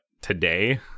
today